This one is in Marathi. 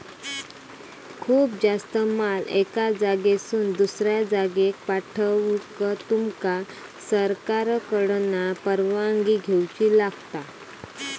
खूप जास्त माल एका जागेसून दुसऱ्या जागेक पाठवूक तुमका सरकारकडना परवानगी घेऊची लागात